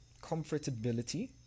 Comfortability